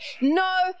No